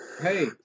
Hey